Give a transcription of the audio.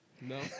No